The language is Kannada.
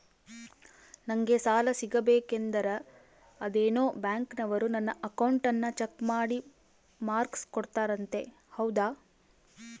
ನಂಗೆ ಸಾಲ ಸಿಗಬೇಕಂದರ ಅದೇನೋ ಬ್ಯಾಂಕನವರು ನನ್ನ ಅಕೌಂಟನ್ನ ಚೆಕ್ ಮಾಡಿ ಮಾರ್ಕ್ಸ್ ಕೊಡ್ತಾರಂತೆ ಹೌದಾ?